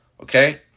Okay